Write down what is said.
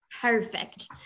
Perfect